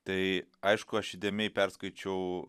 tai aišku aš įdėmiai perskaičiau